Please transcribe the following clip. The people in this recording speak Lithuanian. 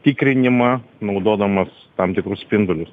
tikrinimą naudodamas tam tikrus spindulius